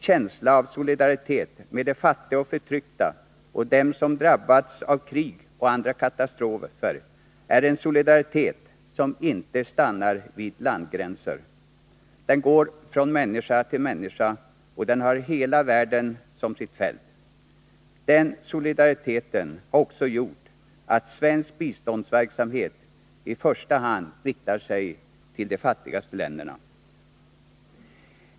Känslan av solidaritet med de fattiga och förtryckta och dem som drabbats av krig och andra katastrofer är en solidaritet som inte stannar vid landgränser. Den går från människa till människa, och den har hela världen som sitt fält. Den solidariteten har också gjort att svensk biståndsverksamhet i första hand riktar sig till de fattigaste länderna.